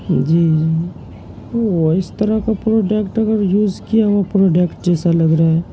جی جی وہ اس طرح کا پروڈکٹ اگر یوز کیا ہوا پروڈکٹ جیسا لگ رہا ہے